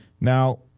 Now